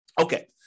Okay